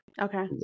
Okay